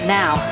now